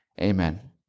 Amen